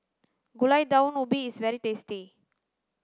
gulai daun ubi is very tasty